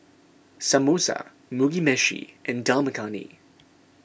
Samosa Mugi Meshi and Dal Makhani